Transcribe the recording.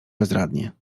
bezradnie